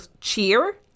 cheer